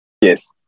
Yes